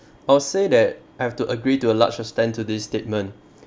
I'll say that I've to agree to a large extent to this statement